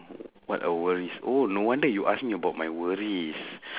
w~ what are worries oh no wonder you ask me about my worries